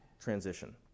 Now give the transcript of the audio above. transition